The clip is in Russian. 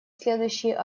следующий